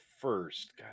first